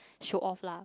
show off lah